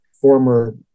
former